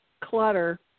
clutter